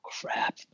crap